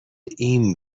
این